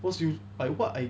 was you like what I